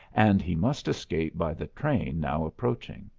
and he must escape by the train now approaching.